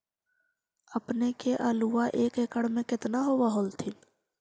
अपने के आलुआ एक एकड़ मे कितना होब होत्थिन?